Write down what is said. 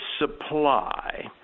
supply